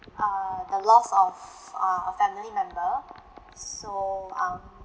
uh the loss of uh a family member so um